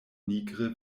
nigre